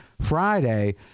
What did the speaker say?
Friday